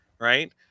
right